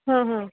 हाँ हाँ